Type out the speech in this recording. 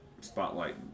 spotlight